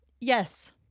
Yes